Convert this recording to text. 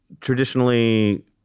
traditionally